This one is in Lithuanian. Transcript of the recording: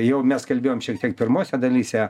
jau mes kalbėjom šiek tiek pirmose dalyse